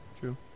True